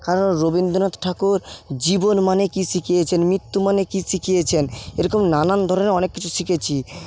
কারণ রবিন্দ্রনাথ ঠাকুর জীবন মানে কি শিখিয়েছেন মৃত্যু মানে কি শিখিয়েছেন এইরকম নানান ধরনের অনেক কিছু শিখেছি